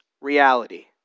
reality